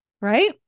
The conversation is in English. right